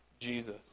Jesus